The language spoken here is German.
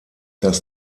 dass